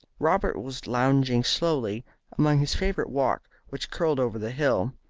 robert was lounging slowly along his favourite walk which curled over the hill,